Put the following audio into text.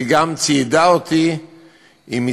היא גם ציידה אותי במסמכים